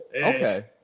okay